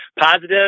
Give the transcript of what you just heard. positive